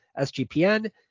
SGPN